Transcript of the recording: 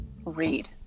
read